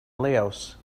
laos